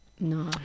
No